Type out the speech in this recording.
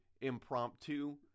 impromptu